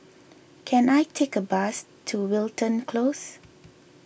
can I take a bus to Wilton Close